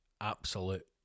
Absolute